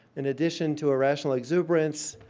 in addition to irrational exuberance,